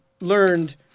learned